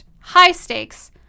high-stakes